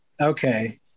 okay